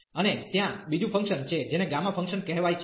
અને ત્યાં બીજું ફંક્શન છે જેને ગામા ફંક્શન કહેવાય છે